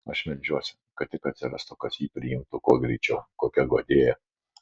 aš meldžiuosi kad tik atsirastų kas jį priimtų kuo greičiau kokia guodėja